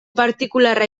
partikularra